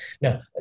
Now